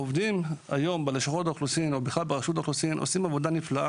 העובדים בלשכות האוכלוסין ובכלל ברשות האוכלוסין עושים עבודה נפלאה,